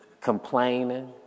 Complaining